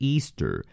Easter